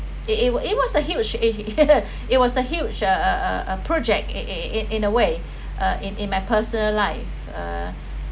it it was it was a huge it was a huge err a project in in in a way uh in in my personal life uh